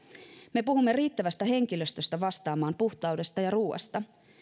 me puhumme riittävästä henkilöstöstä vastaamaan puhtaudesta ja ruuasta